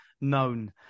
Known